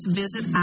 visit